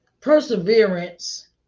perseverance